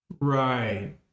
Right